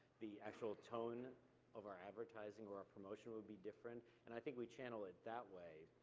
the actual tone of our advertising or our promotion would be different, and i think we channel it that way,